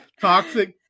Toxic